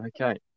okay